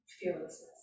fearlessness